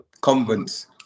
convents